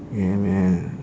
yeah man